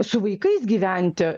su vaikais gyventi